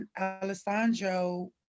Alessandro